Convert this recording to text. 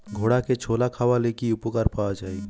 ঘোড়াকে ছোলা খাওয়ালে কি উপকার পাওয়া যায়?